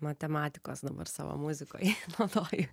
matematikos dabar savo muzikoj naudoju